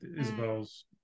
Isabel's